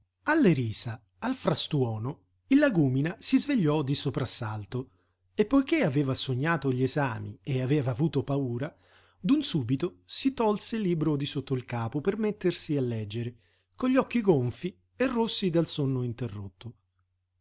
alle risa al frastuono il lagúmina si svegliò di soprassalto e poiché aveva sognato gli esami e aveva avuto paura d'un subito si tolse il libro di sotto il capo per mettersi a leggere con gli occhi gonfii e rossi dal sonno interrotto